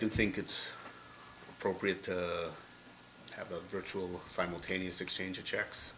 do think it's appropriate to have a virtual simultaneous exchange of checks